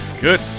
good